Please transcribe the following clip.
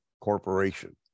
corporation